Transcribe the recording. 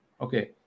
Okay